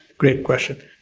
great question.